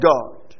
God